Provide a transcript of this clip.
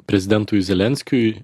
prezidentui zelenskiui